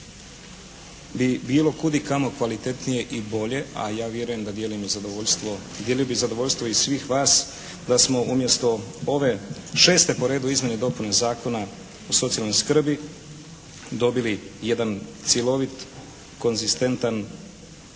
bi bilo kudikamo kvalitetnije i bolje, a ja vjerujem da dijelimo zadovoljstvo, dijelio bi zadovoljstvo i svih vas da smo umjesto ove 6. po redu izmjene i dopune Zakona o socijalnoj skrbi dobili jedan cjelovit, konzistentan,